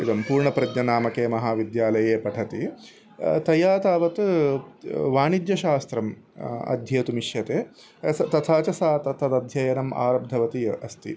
इदं पूर्णप्रज्ञः नामके महाविद्यालये पठति तया तावत् वाणिज्यशास्त्रम् अध्येतुम् इष्यते तथा च सा तदध्ययनम् आरब्धवती अस्ति